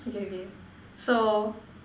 okay okay so